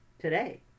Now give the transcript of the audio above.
today